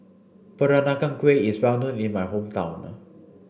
Peranakan Kueh is well known in my hometown